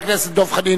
חבר הכנסת דב חנין,